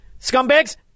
Scumbags